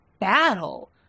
battle